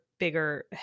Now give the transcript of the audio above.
Bigger